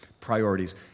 priorities